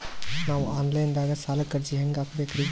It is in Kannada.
ನಾವು ಆನ್ ಲೈನ್ ದಾಗ ಸಾಲಕ್ಕ ಅರ್ಜಿ ಹೆಂಗ ಹಾಕಬೇಕ್ರಿ?